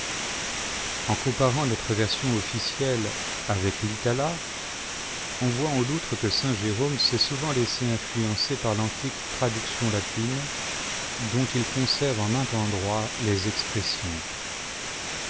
en comparant notre version officielle avec l'itala on voit en outre que saint jérôme s'est souvent laissé influencer par l'antique traduction latine dont il conserve en maint endroit les expressions